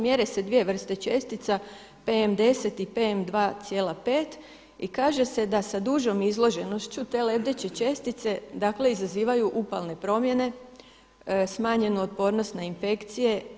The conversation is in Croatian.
Mjere se dvije vrste čestica PM 10 i PM 2,5 i kaže se da sa dužom izloženošću te lebdeće čestice, dakle izazivaju upalne promjene, smanjenu otpornost na infekcije.